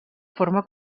forma